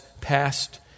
past